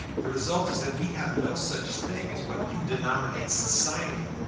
the result is that we have no such thing as what you denominate society,